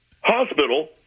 Hospital